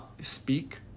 speak